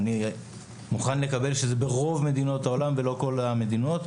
אני מוכן לקבל שזה ברוב מדינות העולם ולא בכל המדינות,